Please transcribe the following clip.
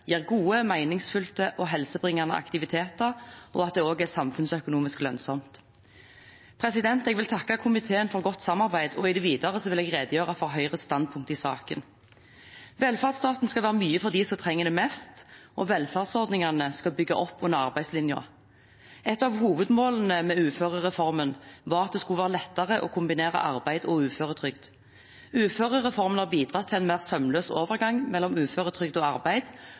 gir gode, meningsfylte og helsebringende aktiviteter, og at det også er samfunnsøkonomisk lønnsomt. Jeg vil takke komiteen for godt samarbeid, og i det videre vil jeg redegjøre for Høyres standpunkt i saken. Velferdsstaten skal være mye for dem som trenger det mest, og velferdsordningene skal bygge opp under arbeidslinjen. Et av hovedformålene med uførereformen var at det skulle være lettere å kombinere arbeid og uføretrygd. Uførereformen har bidratt til en mer sømløs overgang mellom uføretrygd og arbeid,